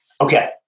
Okay